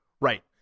right